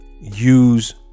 use